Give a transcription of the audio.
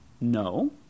No